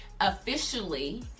officially